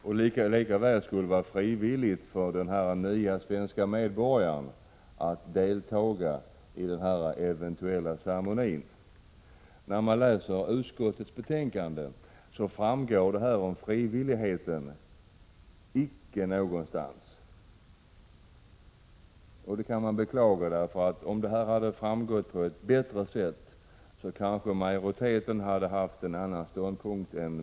Det skulle också vara frivilligt för den nya svenska medborgaren att delta i denna eventuella ceremoni. I utskottsbetänkandet framgår det icke någonstans att det hela skulle vara frivilligt. Det kan man beklaga, för om detta hade framgått på ett bättre sätt hade kanske majoriteten intagit en annan ståndpunkt.